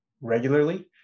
regularly